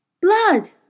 Blood